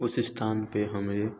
उस स्थान पर हमें